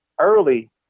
early